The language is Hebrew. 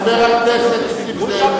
חבר הכנסת נסים זאב.